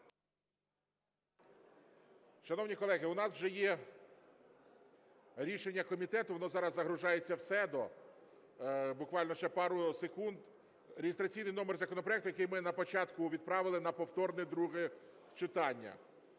Шановні колеги, у нас вже є рішення комітету, воно зараз загружається в СЕДО. Буквально ще пару секунд. Реєстраційний номер законопроекту, який ми на початку відправили на повторне друге читання,